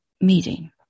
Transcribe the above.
meeting